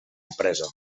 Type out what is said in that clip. empresa